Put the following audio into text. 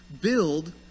build